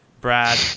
Brad